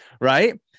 right